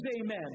amen